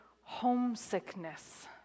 homesickness